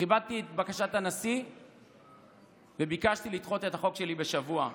כיבדתי את בקשת הנשיא וביקשתי לדחות את החוק שלי בשבוע.